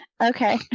okay